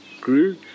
grew